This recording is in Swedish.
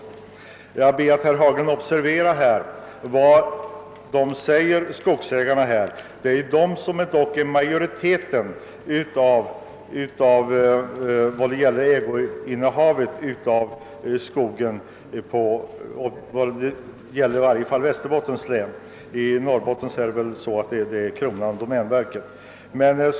Jag ber herr Haglund observera dessa uttalanden av Sveriges skogsägareföreningars riksförbund. Förbundet representerar dock majoriteten vad gäller skogsinnehavet i Västerbottens län; i Norrbotten är det väl kronan som genom domänverket äger det mesta av skogen.